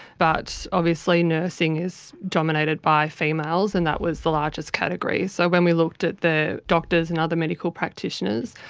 but obviously nursing is dominated by females and that was the largest category. so when we looked at the doctors and other medical practitioners,